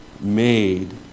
made